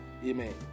Amen